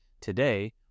Today